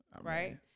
right